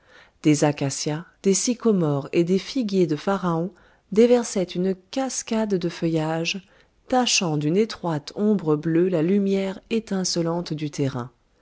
des acacias des mimosas et des figuiers de pharaon déversaient une cascade de feuillage tachant d'une étroite ombre bleue la lumière étincelante du terrain